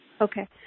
Okay